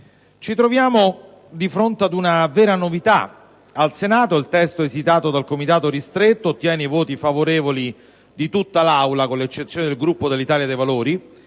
Ci troviamo di fronte a una vera novità: al Senato il testo esitato dal Comitato ristretto ottiene i voti favorevoli di tutta l'Aula (con l'eccezione del Gruppo dell'Italia dei Valori)